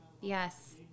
Yes